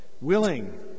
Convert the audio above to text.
willing